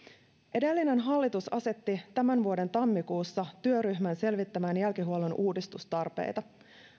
edellinen hallitus asetti tämän vuoden tammikuussa työryhmän selvittämään jälkihuollon uudistustarpeita